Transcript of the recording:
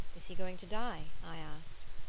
is he going to die? i asked.